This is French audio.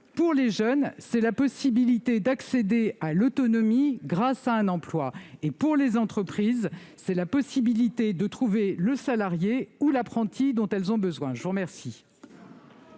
Pour les jeunes, c'est la possibilité d'accéder à l'autonomie grâce à un emploi. Pour les entreprises, c'est la possibilité de trouver le salarié ou l'apprenti dont elles ont besoin. Ce n'est